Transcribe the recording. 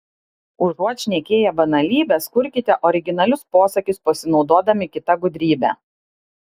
užuot šnekėję banalybes kurkite originalius posakius pasinaudodami kita gudrybe